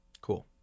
Cool